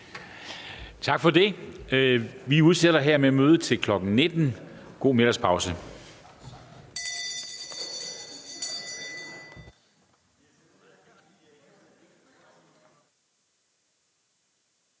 Tak for det. Vi udsætter hermed mødet til kl. 19.00. God middagspause.